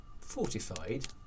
fortified